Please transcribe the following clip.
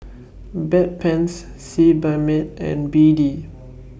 Bedpans Sebamed and B D